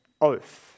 oath